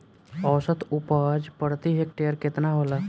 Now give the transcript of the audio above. औसत उपज प्रति हेक्टेयर केतना होला?